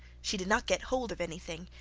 she did not get hold of anything,